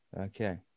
Okay